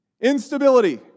Instability